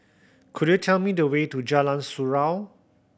could you tell me the way to Jalan Surau